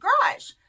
garage